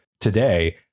today